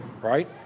right